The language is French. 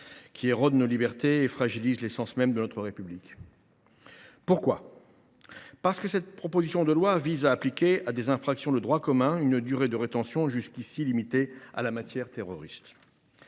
érode nos libertés et fragilise l’essence même de notre République. Pourquoi ? Cette proposition de loi vise à prévoir pour des infractions de droit commun une durée de rétention jusqu’à présent limitée à la matière terroriste.